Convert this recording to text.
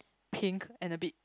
pink and a bit